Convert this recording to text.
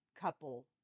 couple